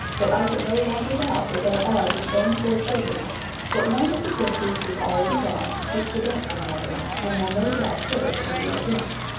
that i can no longer doubt that they are the same four children but one of the princes is already gone to seek the dancing-water, and will no doubt perish in the attempt,